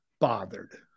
bothered